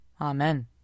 Amen